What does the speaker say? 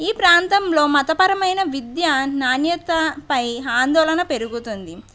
ఈ ప్రాంతంలో మతపరమైన విద్య నాణ్యతపై ఆందోళన పెరుగుతుంది